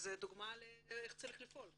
זאת דוגמה איך צריך לפעול.